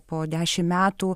po dešimt metų